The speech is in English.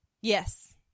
yes